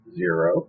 zero